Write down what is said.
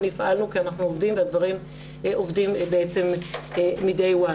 הפעלנו כי אנחנו עובדים והדברים עובדים מהיום הראשון.